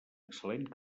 excel·lent